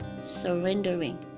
surrendering